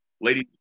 Ladies